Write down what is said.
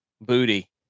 Booty